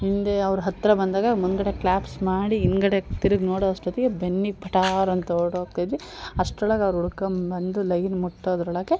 ಹಿಂದೆ ಅವರು ಹತ್ತಿರ ಬಂದಾಗ ಮುಂದುಗಡೆ ಕ್ಲಾಪ್ಸ್ ಮಾಡಿ ಹಿಂದುಗಡೆ ತಿರ್ಗಿ ನೋಡೋ ಅಷ್ಟೊತ್ತಿಗೆ ಬೆನ್ನಿಗೆ ಪಟಾರ್ ಅಂತ ಓಡೋಗ್ತಿದ್ವಿ ಅಷ್ಟರೊಳಗ್ ಅವ್ರು ಹುಡ್ಕೊಂಡ್ ಬಂದು ಲೈನ್ ಮುಟ್ಟೊದ್ರೊಳಗೆ